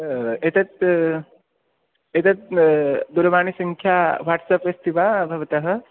एतत् एतत् दूरवाणीसंख्या वाट्साप् अस्ति वा भवतः